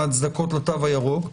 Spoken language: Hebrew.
מה ההצדקות לתו הירוק.